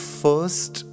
first